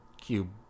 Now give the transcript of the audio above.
cube